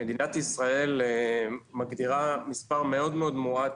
מדינת ישראל מגדירה מספר מאוד מאוד מועט